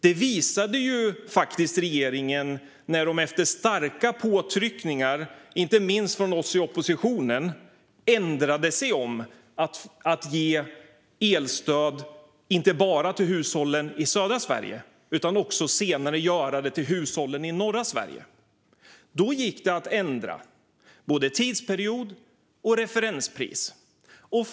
Det visade faktiskt regeringen när den efter starka påtryckningar, inte minst från oss i oppositionen, ändrade sig och gav elstöd inte bara till hushållen i södra Sverige utan senare också till hushållen i norra Sverige. Då gick det att ändra både tidsperiod och referenspris.